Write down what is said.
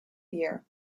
year